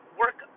work